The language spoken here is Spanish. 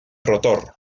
rotor